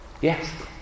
yes